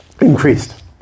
increased